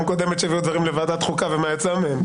קודמת שהביאו דברים לוועדת חוקה ומה יצא מהם.